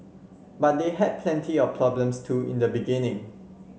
but they had plenty of problems too in the beginning